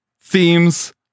themes